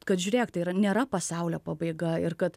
kad žiūrėk tai yra nėra pasaulio pabaiga ir kad